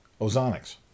Ozonics